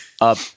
up